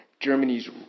Germany's